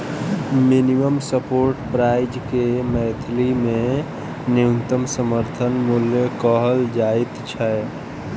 minimum support price के मैथिली मे न्यूनतम समर्थन मूल्य कहल जाइत छै